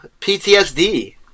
PTSD